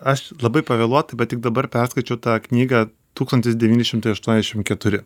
aš labai pavėluotai bet tik dabar perskaičiau tą knygą tūkstantis devyni šimtai aštuoniasdešim keturi